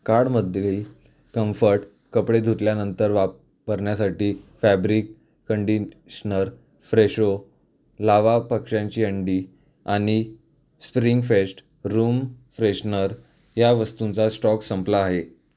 कार्टमधील कम्फर्ट कपडे धुतल्यानंतर वापरण्यासाठी फॅब्रिक कंडिशनर फ्रेशो लावा पक्ष्यांची अंडी आणि स्प्रिंग फेस्ट रूम फ्रेशनर या वस्तूंचा स्टॉक संपला आहे